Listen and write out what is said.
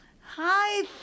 Hi